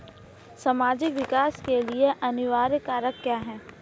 सामाजिक विकास के लिए अनिवार्य कारक क्या है?